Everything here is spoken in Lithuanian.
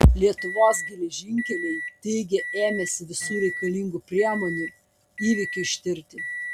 lietuvos geležinkeliai teigia ėmęsi visų reikalingų priemonių įvykiui ištirti